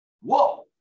Whoa